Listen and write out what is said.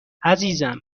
عزیزم